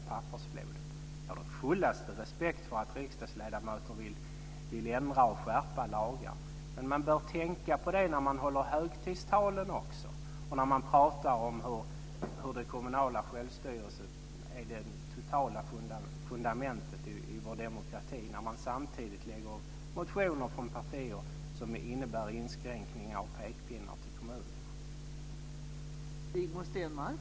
Jag har den fullaste respekt för att riksdagsledamöter vill ändra och skärpa lagar. Men när man håller högtidstalen, och när man pratar om hur den kommunala självstyrelsen är det totala fundamentet i vår demokrati så bör man också tänka på att man samtidigt från partier skriver motioner som innebär inskränkningar och pekpinnar till kommunerna.